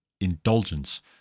indulgence